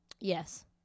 Yes